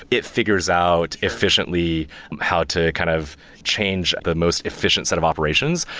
it figures out efficiently how to kind of change the most efficient set of operations.